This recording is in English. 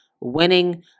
winning